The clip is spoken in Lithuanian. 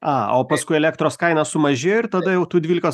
a o paskui elektros kaina sumažėjo ir tada jau tų dvylikos